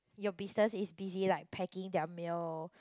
your business is busy like packing their mail